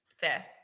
Fair